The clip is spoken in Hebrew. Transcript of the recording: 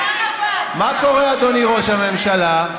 מה קורה, אדוני ראש הממשלה?